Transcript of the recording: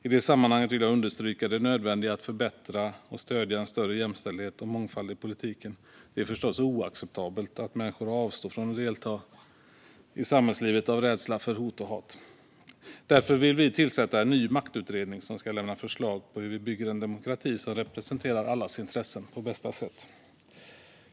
I det sammanhanget vill jag understryka det nödvändiga i att förbättra och stödja en större jämställdhet och mångfald i politiken. Det är förstås oacceptabelt att människor avstår från att delta i samhällslivet av rädsla för hot och hat. Därför vill vi tillsätta en ny maktutredning, som ska lämna förslag på hur vi bygger en demokrati som representerar allas intressen på bästa sätt.